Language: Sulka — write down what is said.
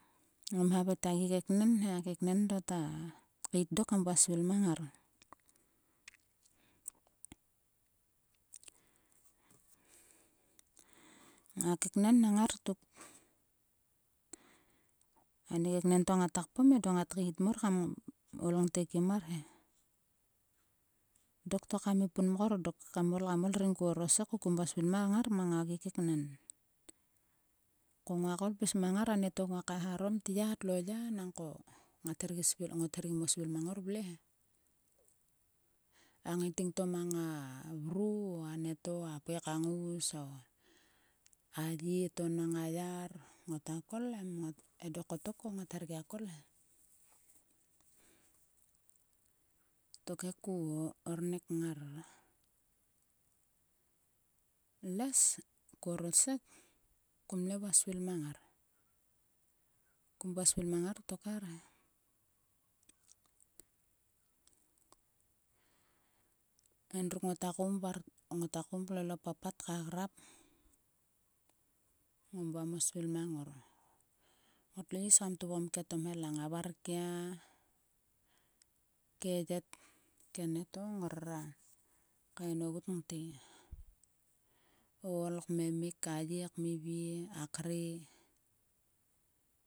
Klel kim o mia klel pum o mia. Kua vle tete. o papat ngam ngae kaem dok mang klues ko kokkut pavloum mar ko mar o is kam ngai tete ngate klout vgum koala ktiek dok tuk. A mhelang nam ngai lokta tuturang dok pum mar e. Nangko dok a vler kam nho mang ngar. tot mang ngar mang kenieto kenieto ngaka svil mang anieto. ngor koka nonhongke tomhelang pis kaen ngang ngar. Kam rum kim nga svil. kom her mia gor mo yayor kam kpom mar. Tokhe nguak tot mang o is. komngai smia tot mo is ko. Koma go mang ngar mo yor. mang o tgoluk akor kam pis kiring ngar. Kom her mia gor mang ngar. kom la svil a tomhelang kam kering klues e. Ko koa svil te koknaik mar kam lout. Mar kam le ktot mang dok o mar kam ngai koma mhe to kam ngai klol o papat to ngarle ka lol o papat iyar. Kam hera kpom kero reha akor to le ka nho mang dok ko nguak ngai ka ngoumie koknaik.